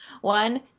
One